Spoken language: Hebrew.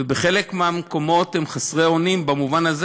ובחלק מהמקומות הם חסרי אונים במובן הזה